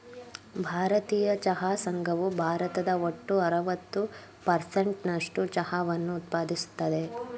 ಭಾರತೀಯ ಚಹಾ ಸಂಘವು ಭಾರತದ ಒಟ್ಟು ಅರವತ್ತು ಪರ್ಸೆಂಟ್ ನಸ್ಟು ಚಹಾವನ್ನ ಉತ್ಪಾದಿಸ್ತದೆ